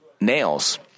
nails